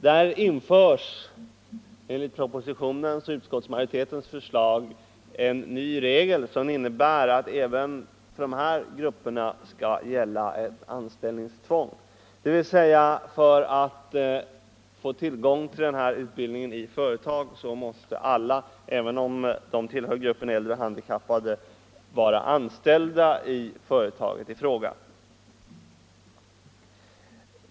Där införs enligt propositionens och utskottsmajoritetens förslag nu en ny regel, som innebär att även för dessa grupper skall gälla anställningstvång, dvs. för att få tillgång till utbildningen i företag måste alla — även om de tillhör gruppen äldre och handikappade — vara anställda av företaget i fråga.